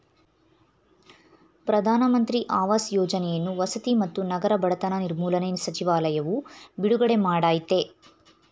ಪ್ರಧಾನ ಮಂತ್ರಿ ಆವಾಸ್ ಯೋಜನೆಯನ್ನು ವಸತಿ ಮತ್ತು ನಗರ ಬಡತನ ನಿರ್ಮೂಲನೆ ಸಚಿವಾಲಯವು ಬಿಡುಗಡೆ ಮಾಡಯ್ತೆ